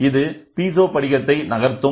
இது பீசோ படிகத்தை நகர்த்தும்